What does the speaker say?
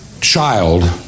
child